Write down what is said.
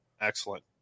Excellent